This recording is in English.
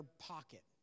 pocket